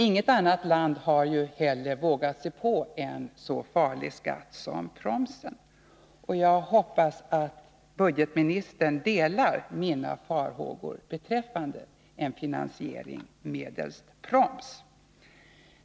Inget annat land har heller vågat sig på en så farlig skatt som proms. Jag hoppas att budgetministern delar mina farhågor beträffande en finansiering medelst proms.